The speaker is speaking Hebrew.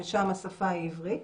ושם השפה היא עברית,